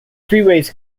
freeways